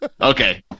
okay